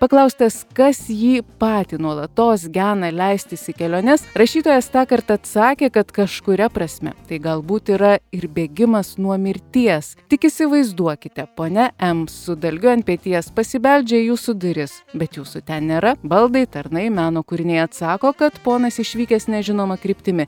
paklaustas kas jį patį nuolatos gena leistis į keliones rašytojas tąkart atsakė kad kažkuria prasme tai galbūt yra ir bėgimas nuo mirties tik įsivaizduokite ponia em su dalgiu ant peties pasibeldžia į jūsų duris bet jūsų ten nėra baldai tarnai meno kūriniai atsako kad ponas išvykęs nežinoma kryptimi